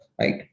right